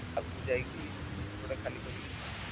ଆଗକୁ ଯାଇକି କୋଉଠି ଗୋଟେ ଖାଲି କରିକି ଯିବୁ